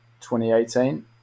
2018